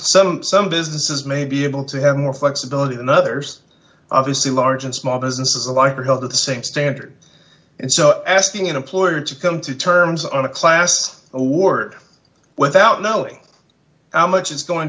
some some businesses may be able to have more flexibility than others obviously large and small businesses alike are held to the same standard and so asking an employer to come to terms on a class award without knowing how much it's going